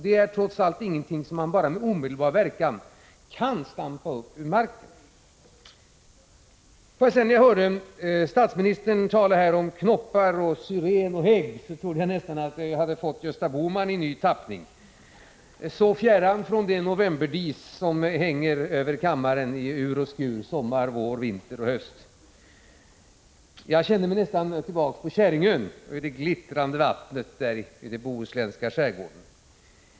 Det är ingenting som man bara med omedelbar verkan kan stampa upp ur marken. När jag hörde statsministern tala här om knoppar, syren och hägg trodde jag nästan att vi hade fått Gösta Bohman i ny tappning — fjärran från det novemberdis som annars hänger över kammaren i ur och skur, sommar, vår, vinter och höst. Jag kände mig nästan tillbaka på Käringön vid det glittrande vattnet i den bohuslänska skärgården.